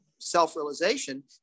self-realization